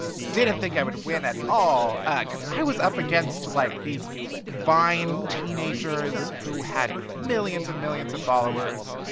but didn't think i would win at all cause i was up against, like, these vine teenagers who had millions and millions of followers.